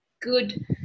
good